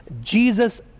Jesus